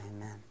Amen